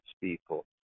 people